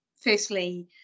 firstly